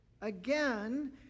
Again